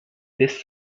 this